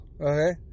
Okay